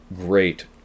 great